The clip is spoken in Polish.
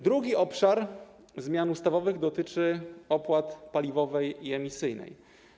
Drugi obszar zmian ustawowych dotyczy opłat paliwowej i emisyjnej.